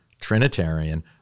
Trinitarian